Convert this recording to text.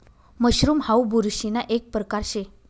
mushroom हाऊ बुरशीना एक परकार शे